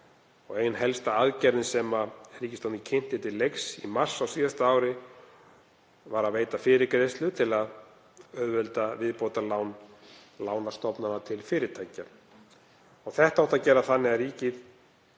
Ein helsta aðgerðin sem ríkisstjórnin kynnti til leiks í mars á síðasta ári var að veita fyrirgreiðslu til að auðvelda viðbótarlán lánastofnana til fyrirtækja. Þetta átti að gera þannig að ríkið